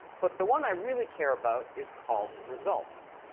but the one i really care about is called results.